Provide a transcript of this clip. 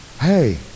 Hey